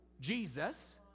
Jesus